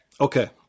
Okay